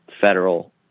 federal